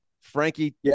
Frankie